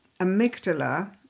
amygdala